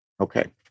Okay